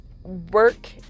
Work